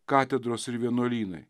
katedros ir vienuolynai